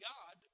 God